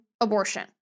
abortion